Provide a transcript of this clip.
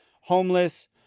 homeless